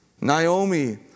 Naomi